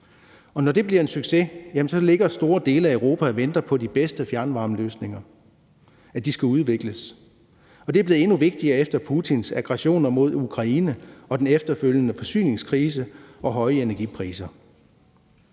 når det bliver en succes, ligger store dele af Europa og venter på, at de bedste fjernvarmeløsninger skal udvikles. Det er blevet endnu vigtigere efter Putins aggression mod Ukraine og den efterfølgende forsyningskrise og høje energipriser.